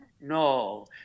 no